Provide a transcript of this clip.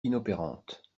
inopérante